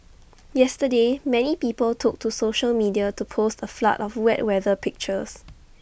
yesterday many people took to social media to post A flood of wet weather pictures